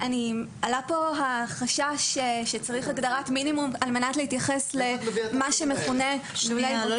עלה כאן החשש שצריך הגדרת מינימום על מנת להתייחס למה שמכונה לולי...